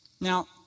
Now